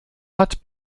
hat